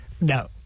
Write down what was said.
No